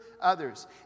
others